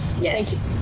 Yes